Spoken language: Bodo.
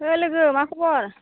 ओइ लोगो मा खबर